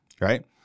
Right